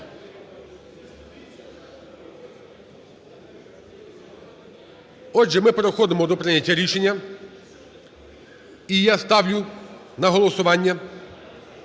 Отже, ми переходимо до прийняття рішення. І я ставлю на голосування